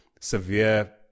severe